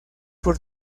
por